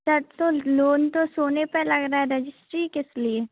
sir तो loan तो सोने पर लग रहा है रजिस्ट्री किस लिए